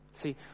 See